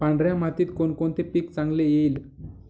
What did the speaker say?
पांढऱ्या मातीत कोणकोणते पीक चांगले येईल?